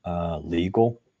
legal